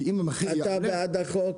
כי אם המחיר יעלה --- אתה בעד החוק?